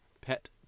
pet